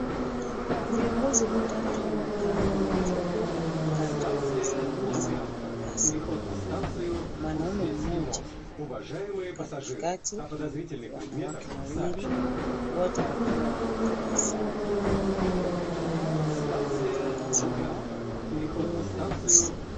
Viongozi watatu wamekaa kwenye jukwaa wakati wa uzinduzi rasmi. Mwanaume moja katikati na wanawake wawili, wote wakiwa wametabasamu. Nyuma yao kuna tangazo la law courts .